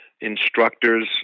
instructors